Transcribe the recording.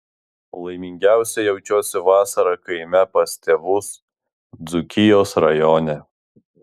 laimingiausia jaučiuosi vasarą kaime pas tėvus dzūkijos rajone